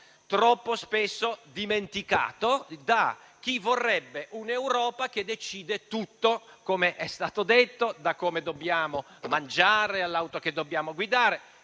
troppo spesso dimenticato da chi vorrebbe un'Europa che decide tutto, come è stato detto, ossia da come dobbiamo mangiare all'auto che dobbiamo guidare.